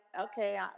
okay